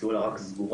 הציעו לה רק סגורה.